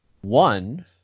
one